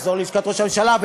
לחזור ללשכת ראש הממשלה,